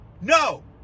No